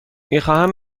میخواهم